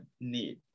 need